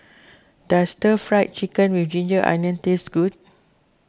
does Stir Fried Chicken with Ginger Onions taste good